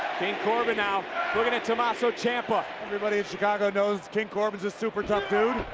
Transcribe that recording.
corbin now looking at tommaso ciampa. everybody in chicago knows king corbin's a super tough dude.